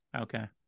Okay